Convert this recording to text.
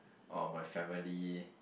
or my family